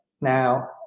now